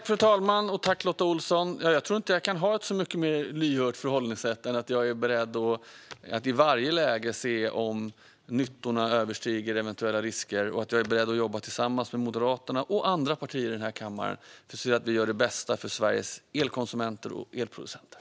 Fru talman! Jag tror inte att jag kan ha ett så mycket mer lyhört förhållningssätt, Lotta Olsson, än att jag är beredd att i varje läge se om nyttorna överstiger eventuella risker. Jag är också beredd att jobba tillsammans med Moderaterna och andra partier i den här kammaren för att se till att vi gör det bästa för Sveriges elkonsumenter och elproducenter.